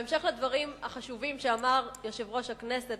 בהמשך לדברים החשובים שאמר יושב-ראש הכנסת